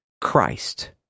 Christ